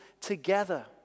together